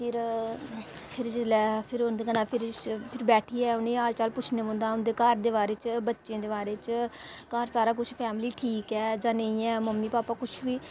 फिर फिर जेल्लै फिर उं'दे कन्नै फिर बैठियै उ'नेंगी हाल चाल पुच्छना पौंदा उं'दे घर दे बारे च बच्चें दे बारे च घर सारा कुछ फैमिली ठीक ऐ जां नेईं ऐ मम्मी पापा कुछ बी